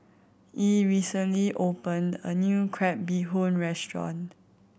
Yee recently opened a new crab bee hoon restaurant